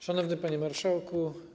Szanowny Panie Marszałku!